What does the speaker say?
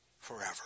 forever